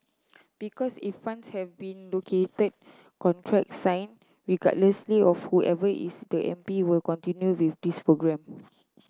because if funds have been located contracts signed regardless of whoever is the M P will continue with this programme